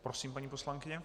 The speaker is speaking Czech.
Prosím, paní poslankyně.